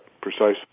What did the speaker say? precisely